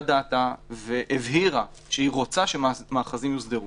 דעתה והבהירה שהיא רוצה שמאחזים יוסדרו.